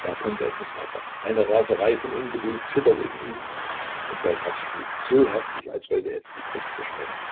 er konnte es nicht abwarten eine raserei von ungeduld zitterte in ihm und sein herz schlug so heftig als wollte es die brust zersprengen